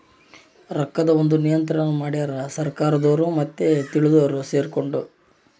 ರೊಕ್ಕದ್ ಒಂದ್ ನಿಯಂತ್ರಣ ಮಡ್ಯಾರ್ ಸರ್ಕಾರದೊರು ಮತ್ತೆ ತಿಳ್ದೊರು ಸೆರ್ಕೊಂಡು